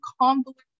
convoluted